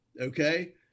Okay